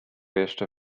jeszcze